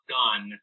done